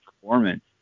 performance